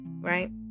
Right